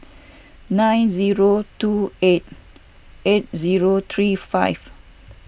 nine zero two eight eight zero three five